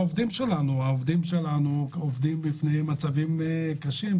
העובדים שלנו ניצבים בפני מצבים קשים,